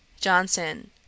Johnson